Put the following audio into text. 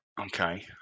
okay